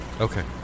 Okay